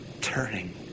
turning